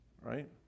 right